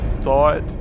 thought